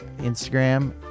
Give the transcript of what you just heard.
Instagram